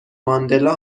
ماندلا